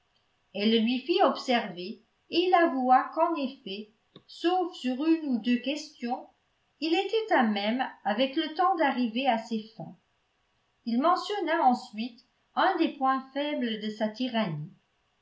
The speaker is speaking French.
elle le lui fit observer et il avoua qu'en effet sauf sur une ou deux questions il était à même avec le temps d'arriver à ses fins il mentionna ensuite un des points faibles de sa tyrannie